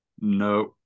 No